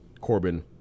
Corbin